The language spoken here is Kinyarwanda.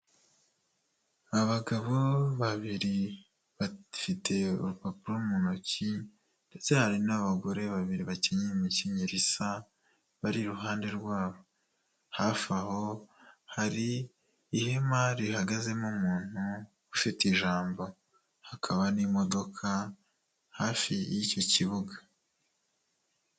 Abagabo babiri bafite urupapuro mu ntoki ndetse hari n'abagore babiri bakina imikinyero isa, bari iruhande rwabo, hafi aho, hari ihema rihagazemo umuntu ufite ijambo. Hakaba n'imodoka, hafi y'icyo kibuga.